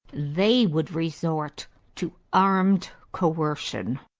they would resort to armed coercion.